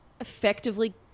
effectively